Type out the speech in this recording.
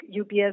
UPS